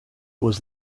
was